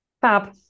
Fab